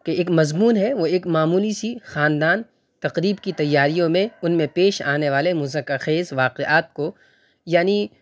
کہ ایک مضمون ہے وہ ایک معمولی سی خاندان تقریب کی تیاریوں میں ان میں پیش آنے والے مضحکہ خیز واقعات کو یعنی